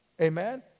Amen